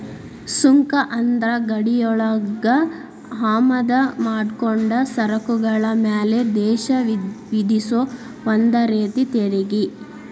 ಸುಂಕ ಅಂದ್ರ ಗಡಿಯೊಳಗ ಆಮದ ಮಾಡ್ಕೊಂಡ ಸರಕುಗಳ ಮ್ಯಾಲೆ ದೇಶ ವಿಧಿಸೊ ಒಂದ ರೇತಿ ತೆರಿಗಿ